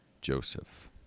Joseph